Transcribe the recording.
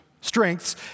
Strengths